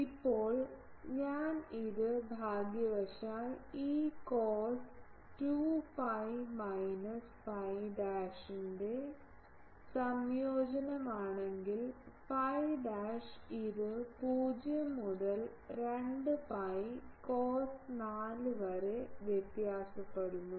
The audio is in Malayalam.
ഇപ്പോൾ ഞാൻ ഇത് ഭാഗ്യവശാൽ ഈ കോസ് 2 ഫൈ മൈനസ് ഫൈ ഡാഷിൻറെ സംയോജനമാണെങ്കിൽ ഫൈ ഡാഷ് ഇത് 0 മുതൽ 2 പൈ കോസ് 4 വരെ വ്യത്യാസപ്പെടുന്നു